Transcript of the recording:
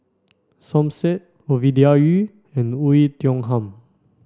Som Said Ovidia Yu and Oei Tiong Ham